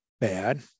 bad